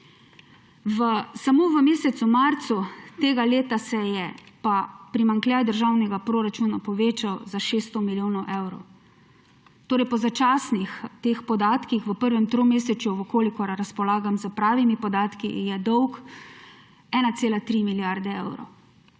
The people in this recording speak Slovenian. Samo v mesecu marcu tega leta se je pa primanjkljaj državnega proračuna povečal za 600 milijonov evrov. Po začasnih podatkih v prvem tromesečju, če razpolagam s pravimi podatki, je dolg 1,3 milijarde evrov.